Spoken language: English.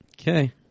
Okay